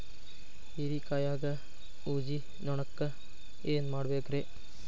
ಹೇರಿಕಾಯಾಗ ಊಜಿ ನೋಣಕ್ಕ ಏನ್ ಮಾಡಬೇಕ್ರೇ?